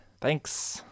Thanks